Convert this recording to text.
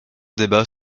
débat